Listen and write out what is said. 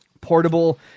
portable